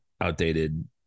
outdated